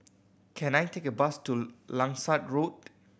can I take a bus to Langsat Road